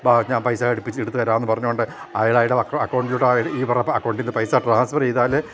ബ ഞാൻ പൈസ അടുപ്പിച്ചു എടുത്തു തരാമെന്ന് പറഞ്ഞുകൊണ്ട് അയാളുടെ അക്കൗണ്ടിലൂടെ ഈ പറഞ്ഞ അക്കൗണ്ടിൽ നിന്ന് പൈസ ട്രാൻസ്ഫർ ചെയ്താൽ